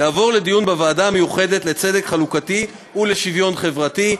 יעבור לדיון בוועדה המיוחדת לצדק חלוקתי ולשוויון חברתי.